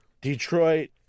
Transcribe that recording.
Detroit